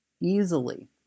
easily